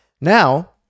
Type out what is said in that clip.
now